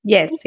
Yes